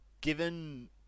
Given